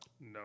No